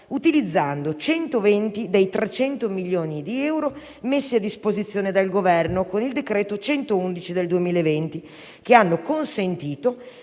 utilizzando 120 dei 300 milioni di euro messi a disposizione dal Governo con il decreto n. 111 del 2020, che hanno consentito